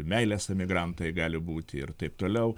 meilės emigrantai gali būti ir taip toliau